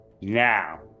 Now